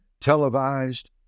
televised